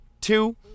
Two